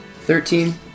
Thirteen